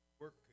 work